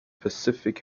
pacific